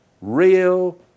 real